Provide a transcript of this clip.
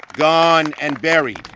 gone, and buried.